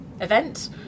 event